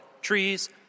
Trees